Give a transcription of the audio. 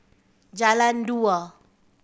Jalan Dua